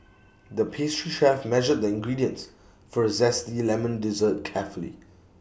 the pastry chef measured the ingredients for A Zesty Lemon Dessert carefully